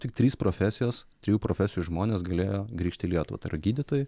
tik trys profesijos trijų profesijų žmonės galėjo grįžti į lietuvą gydytojai